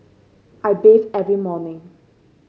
I bathe every morning